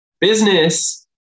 Business